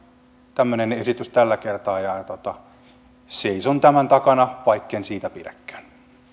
tämmöinen esitys tällä kertaa ja seison tämän takana vaikken siitä pidäkään